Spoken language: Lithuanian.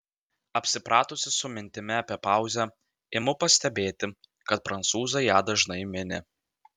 apsipratusi su mintimi apie pauzę imu pastebėti kad prancūzai ją dažnai mini